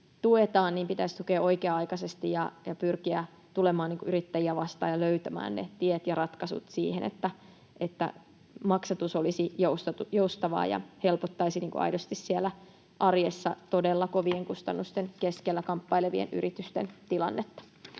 niin pitäisi tukea oikea-aikaisesti ja pyrkiä tulemaan yrittäjiä vastaan ja löytämään ne tiet ja ratkaisut siihen, että maksatus olisi joustavaa ja helpottaisi aidosti arjessa todella kovien kustannusten keskellä kamppailevien yritysten tilannetta.